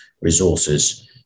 resources